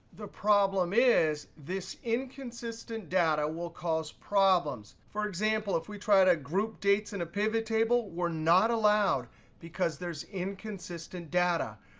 the problem is this inconsistent data will cause problems. for example, if we try to group dates in a pivot table, we're not allowed because there's inconsistent data.